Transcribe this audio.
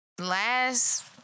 last